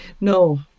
no